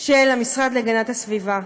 של המשרד להגנת הסביבה.